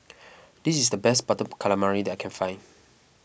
this is the best Butter Calamari that I can find